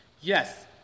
Yes